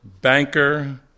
banker